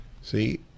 See